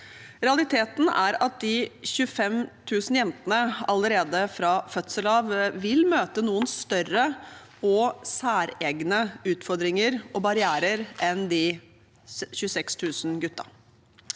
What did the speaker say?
Realiteten er at de 25 000 jentene allerede fra fødselen av vil møte noen større og mer særegne utfordringer og barrierer enn de 26 000 guttene.